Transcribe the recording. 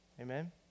Amen